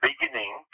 beginning